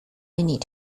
venir